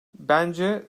bence